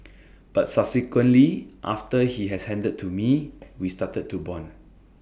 but subsequently after he has handed to me we started to Bond